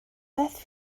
beth